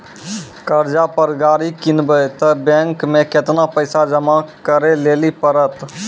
कर्जा पर गाड़ी किनबै तऽ बैंक मे केतना पैसा जमा करे लेली पड़त?